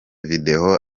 video